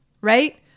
Right